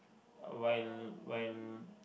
while while